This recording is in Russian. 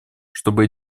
чтобы